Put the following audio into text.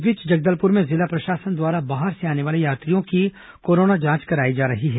इस बीच जगदलपुर में जिला प्रशासन द्वारा बाहर से आने वाले यात्रियों की कोरोना जांच कराई जा रही है